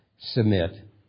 Submit